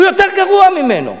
הוא יותר גרוע ממנו,